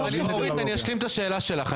אני אשלים את השאלה שלך.